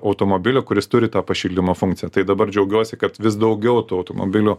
automobiliu kuris turi tą pašildymo funkciją tai dabar džiaugiuosi kad vis daugiau tų automobilių